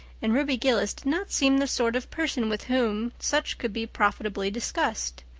and ruby gillis did not seem the sort of person with whom such could be profitably discussed.